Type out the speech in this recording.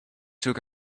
took